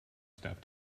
stuff